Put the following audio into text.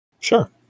Sure